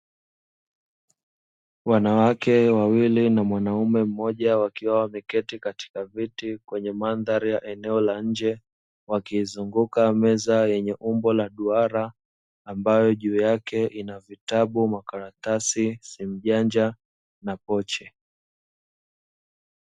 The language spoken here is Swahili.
Wanawake wawili na mwanaume mmoja wakiwa wameketi katika viti kwenye mandhari ya eneo la nje, wakiizunguka meza yenye umbo la duara, ambayo juu yake ina vitabu, makaratasi, simu janja na pochi.